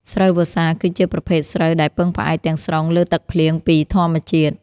ស្រូវវស្សាគឺជាប្រភេទស្រូវដែលពឹងផ្អែកទាំងស្រុងលើទឹកភ្លៀងពីធម្មជាតិ។